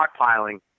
stockpiling